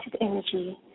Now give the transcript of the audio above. energy